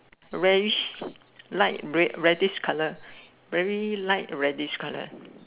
reddish like red reddish colour very light reddish colour